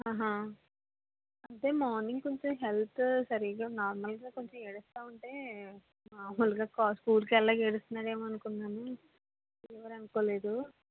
అంటే మార్నింగ్ కొంచం హెల్త్ సరిగా నార్మల్ గా కొంచం ఏడుస్తూ ఉంటే మాములుగా స్కూల్ కి వెళ్ళడానికి ఏడుస్తున్నాడేమో అనుకున్నాను ఫీవర్ అనుకోలేదు